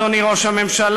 אדוני ראש הממשלה,